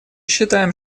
считаем